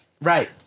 Right